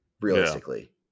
realistically